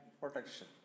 protection